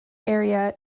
area